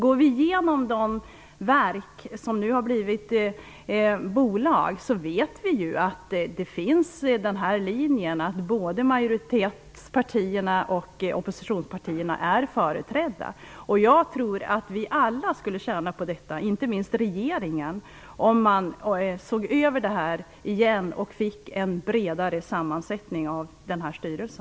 Går vi igenom de verk som nu har blivit bolag vet vi att man har följt linjen att både majoritetspartierna och oppositionspartierna är företrädda. Jag tror att vi alla, inte minst regeringen, skulle tjäna på att man ser över detta igen och får en bredare sammansättning av denna styrelse.